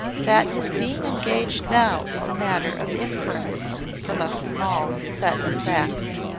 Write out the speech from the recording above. that his being engaged now is a matter of inference from a small set of facts,